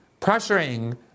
pressuring